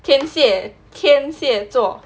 天蝎天蝎座